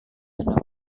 tenang